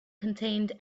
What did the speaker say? contained